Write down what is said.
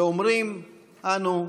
ואומרים אנו: